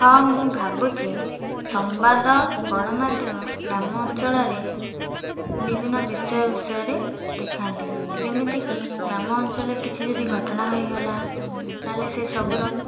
ହଁ ମୁଁ ଭାବୁଛି ସମ୍ବାଦ ଗଣମାଧ୍ୟମ ଗ୍ରାମ ଅଞ୍ଚଳରେ ବିଭିନ୍ନ ବିଷୟ ବିଷୟରେ ଦେଖାଦିଏ ଯେମିତି କି ଗ୍ରାମ ଅଞ୍ଚଳରେ କିଛି ଯଦି ଘଟଣା ହେଇଗଲା ତାହେଲେ ସେ ସବୁର